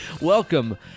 Welcome